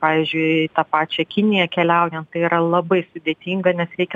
pavyzdžiui tą pačią kiniją keliaujant tai yra labai sudėtinga nes reikia